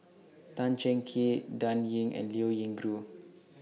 Tan Cheng Kee Dan Ying and Liao Yingru